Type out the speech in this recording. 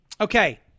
Okay